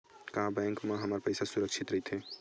का बैंक म हमर पईसा ह सुरक्षित राइथे?